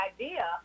idea